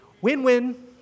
Win-win